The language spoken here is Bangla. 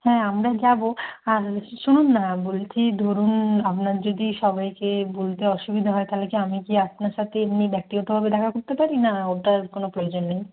হ্যাঁ আমরা যাবো আর শুনুন না বলছি ধরুন আপনার যদি সবাইকে বলতে অসুবিধা হয় তাহলে আমি কি আপনার সাথে এমনি ব্যক্তিগতভাবে দেখা করতে পারি না ওটার কোনো প্রয়োজন নেই